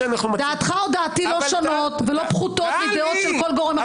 דעתך או דעתי לא שונות ולא פחותות מדעות של אף גורם אחר.